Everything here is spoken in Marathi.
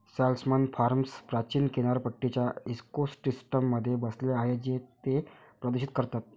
सॅल्मन फार्म्स प्राचीन किनारपट्टीच्या इकोसिस्टममध्ये बसले आहेत जे ते प्रदूषित करतात